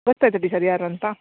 ಗೊತ್ತಾಯಿತಾ teacher ಯಾರು ಅಂತ